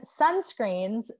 sunscreens